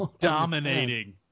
dominating